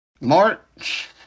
March